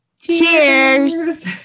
Cheers